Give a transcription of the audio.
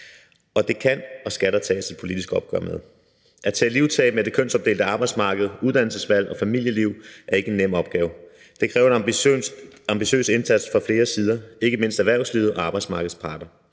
og det kan og skal der tages et politisk opgør med. At tage livtag med det kønsopdelte arbejdsmarked, uddannelsesvalg og familieliv er ikke en nem opgave. Det kræver en ambitiøs indsats fra flere sider, ikke mindst erhvervslivet og arbejdsmarkedets parter.